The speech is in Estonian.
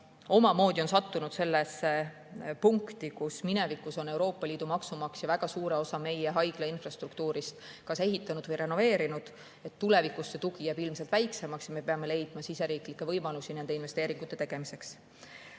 omamoodi on sattunud sellesse punkti, et minevikus on Euroopa Liidu maksumaksja küll väga suure osa meie haigla infrastruktuurist kas ehitanud või renoveerinud, aga tulevikus jääb see tugi ilmselt väiksemaks ja me peame leidma siseriiklikke võimalusi nende investeeringute tegemiseks.